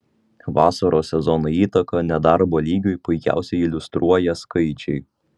vasaros sezono įtaką nedarbo lygiui puikiausiai iliustruoja skaičiai